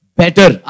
better